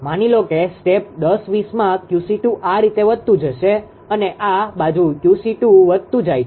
માની લો કે સ્ટેપ 10 20માં 𝑄𝐶2 આ રીતે વધતુ જશે અને આ બાજુ 𝑄𝐶2 વધતું જાય છે